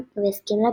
והסכים לה,